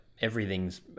everything's